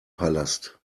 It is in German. palast